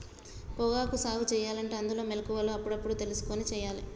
పొగాకు సాగు సెయ్యలంటే అందులోనే మొలకలు అప్పుడప్పుడు తెలుసుకొని సెయ్యాలే